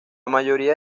mayoría